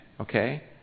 Okay